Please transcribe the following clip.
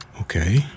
Okay